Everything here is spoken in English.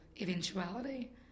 eventuality